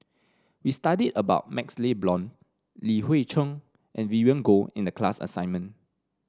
we studied about MaxLe Blond Li Hui Cheng and Vivien Goh in the class assignment